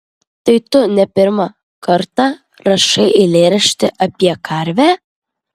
tai tu ne pirmą kartą rašai eilėraštį apie karvę